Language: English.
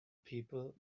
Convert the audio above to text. people